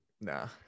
nah